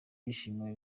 yishimiwe